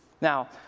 Now